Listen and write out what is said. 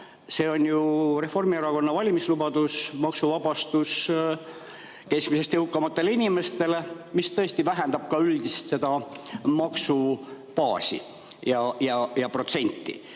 See on ju Reformierakonna valimislubadus, maksuvabastus keskmisest jõukamatele inimestele, mis tõesti vähendab ka üldist maksubaasi ja protsenti.